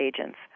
agents